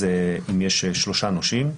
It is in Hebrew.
אם יש שלושה נושים,